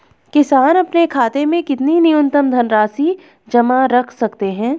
किसान अपने खाते में कितनी न्यूनतम धनराशि जमा रख सकते हैं?